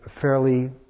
fairly